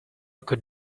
could